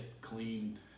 clean